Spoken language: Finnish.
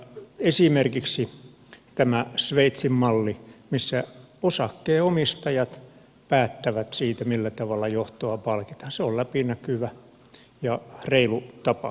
esimerkiksi tämä sveitsin malli missä osakkeenomistajat päättävät siitä millä tavalla johtoa palkitaan on läpinäkyvä ja reilu tapa